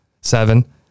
Seven